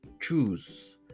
choose